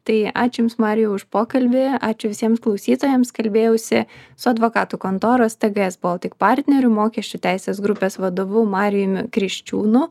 tai ačiū jums marijau už pokalbį ačiū visiems klausytojams kalbėjausi su advokatų kontoros tgs baltic partnerių mokesčių teisės grupės vadovu marijumi kriščiūnu